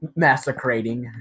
Massacrating